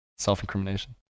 Self-incrimination